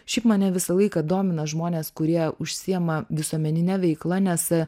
šiaip mane visą laiką domina žmonės kurie užsiema visuomenine veikla nes